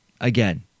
again